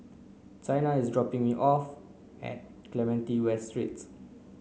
Chyna is dropping me off at Clementi West Street